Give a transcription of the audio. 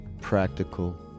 practical